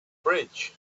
bridge